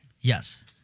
Yes